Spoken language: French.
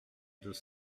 deux